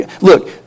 look